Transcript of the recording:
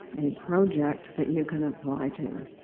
a project that you can apply to.